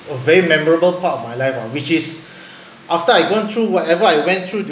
a very memorable part of my life ah which is after I gone through whatever I went through